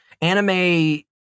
anime